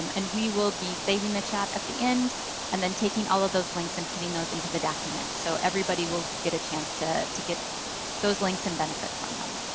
um and we will be saving the chat at the end and then taking all of those links and putting those into the document. so everybody will get a chance to to get those links and benefit from them.